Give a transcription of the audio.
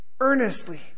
Earnestly